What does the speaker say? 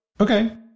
Okay